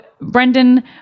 brendan